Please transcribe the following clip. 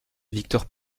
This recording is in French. victor